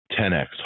10x